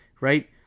right